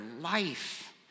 life